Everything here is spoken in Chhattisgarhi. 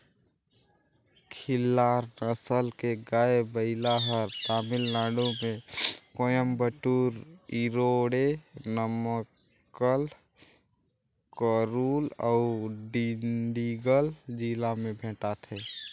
खिल्लार नसल के गाय, बइला हर तमिलनाडु में कोयम्बटूर, इरोडे, नमक्कल, करूल अउ डिंडिगल जिला में भेंटाथे